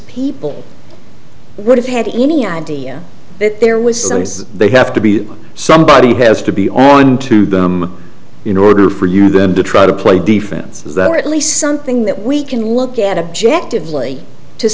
people would have had any idea that there was some as they have to be somebody has to be on to them in order for you then to try to play defense is that at least something that we can look at objective like to